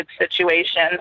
situation